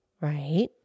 Right